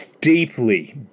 Deeply